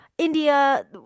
India